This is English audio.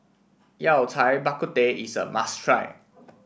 Yao Cai Bak Kut Teh is a must try